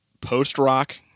post-rock